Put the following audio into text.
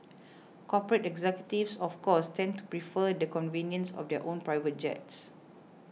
corporate executives of course tend to prefer the convenience of their own private jets